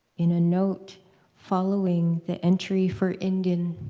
in a note following the entry for indian